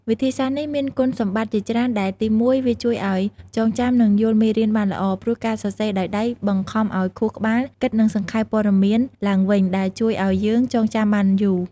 វិធីសាស្ត្រនេះមាន គុណសម្បត្តិ ជាច្រើនដែលទីមួយ វាជួយឲ្យចងចាំនិងយល់មេរៀនបានល្អ ព្រោះការសរសេរដោយដៃបង្ខំឲ្យខួរក្បាលគិតនិងសង្ខេបព័ត៌មានឡើងវិញ ដែលជួយឲ្យយើងចងចាំបានយូរ។។